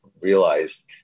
realized